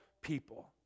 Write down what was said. people